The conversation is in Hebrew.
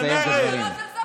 זה מרד.